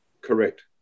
Correct